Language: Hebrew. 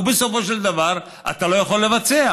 ובסופו של דבר אתה לא יכול לבצע,